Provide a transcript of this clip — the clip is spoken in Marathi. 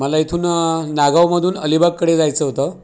मला इथून नागावमधून अलिबागकडे जायचं होतं